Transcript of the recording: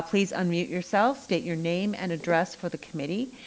please unmute yourself, state your name and address for the committee.